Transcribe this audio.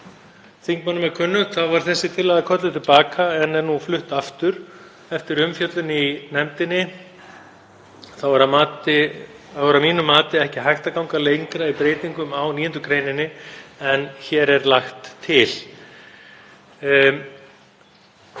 þingmönnum er kunnugt var þessi tillaga kölluð til baka en er nú flutt aftur eftir umfjöllun í nefndinni. Þá er að mínu mati ekki hægt að ganga lengra í breytingum á 9. gr. en hér er lagt til.